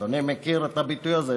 אדוני מכיר את הביטוי הזה,